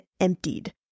emptied